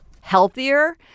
Healthier